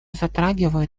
затрагивает